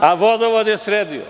a vodovod je sredio.